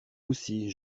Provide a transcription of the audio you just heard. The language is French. aussi